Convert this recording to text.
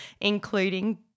including